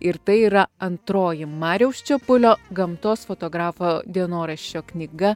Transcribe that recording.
ir tai yra antroji mariaus čepulio gamtos fotografo dienoraščio knyga